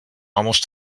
almost